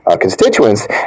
constituents